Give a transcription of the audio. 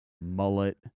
Mullet